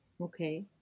Okay